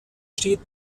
steht